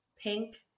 Pink